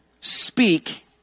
speak